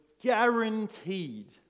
guaranteed